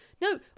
No